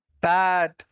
bad